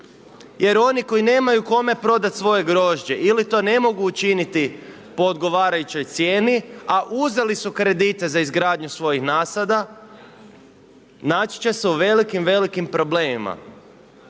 jer oni koji nemaju kome prodat svoje grožđe ili to ne mogu učiniti po odgovarajućoj cijeni, a uzeli su kredite za izgradnju svojih nasada naći će se u velikim problemima.